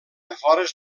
afores